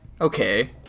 Okay